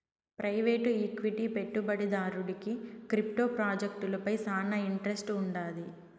private equity పెట్టుబడిదారుడికి crypto ప్రాజెక్టులపై శానా ఇంట్రెస్ట్ వుండాది